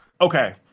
okay